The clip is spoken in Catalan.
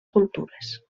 cultures